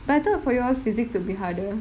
but i thought for you all physics will be harder